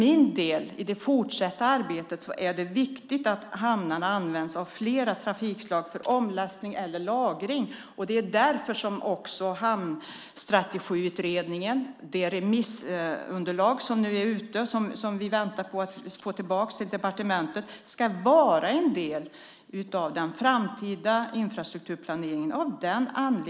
I det fortsatta arbetet är det viktigt att hamnarna används av flera trafikslag för omlastning eller lagring. Det är därför som också Hamnstrategiutredningen, det remissunderlag som nu är ute, som vi väntar på att få tillbaka till departementet, ska vara en del av den framtida infrastrukturplaneringen.